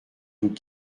tout